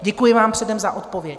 Děkuji vám předem za odpověď.